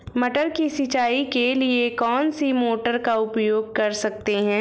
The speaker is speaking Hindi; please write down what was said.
मटर की सिंचाई के लिए कौन सी मोटर का उपयोग कर सकते हैं?